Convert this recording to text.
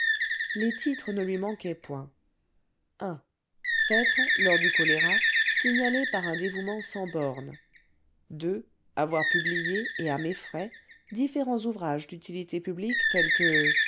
les titres ne lui manquaient point i s'être lors du choléra signalé par un dévouement sans bornes avoir publié et à mes frais différents ouvrages d'utilité publique tels que